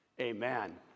Amen